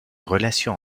relations